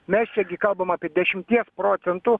mes čia gi kalbam apie dešimties procentų